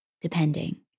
depending